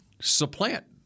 supplant